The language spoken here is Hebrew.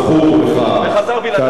וחזר בלעדיו.